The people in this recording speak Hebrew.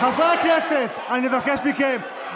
חברי הכנסת, אני מבקש מכם.